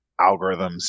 algorithms